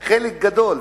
חלק גדול,